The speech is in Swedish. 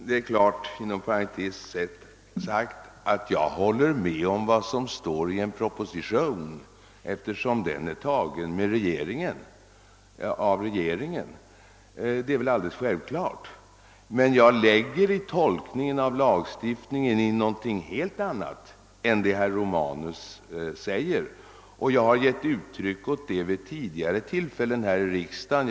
Det är klart, inom parentes sagt, att jag håller med om vad som står i den proposition om affärstidslagen, som är tagen av regeringen. Men jag lägger i tolkningen av lagstiftningen in någonting helt annat än vad herr Romanus gör, och det har jag gett uttryck åt vid tidigare tillfällen här i riksdagen.